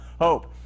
hope